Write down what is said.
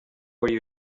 where